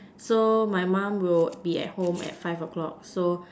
so my mum will be at home at five o-clock so